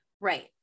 Right